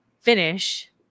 finish